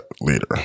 later